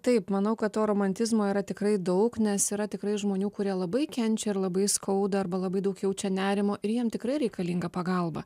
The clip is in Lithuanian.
taip manau kad to romantizmo yra tikrai daug nes yra tikrai žmonių kurie labai kenčia ir labai skauda arba labai daug jaučia nerimo ir jiem tikrai reikalinga pagalba